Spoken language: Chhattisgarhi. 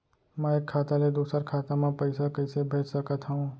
मैं एक खाता ले दूसर खाता मा पइसा कइसे भेज सकत हओं?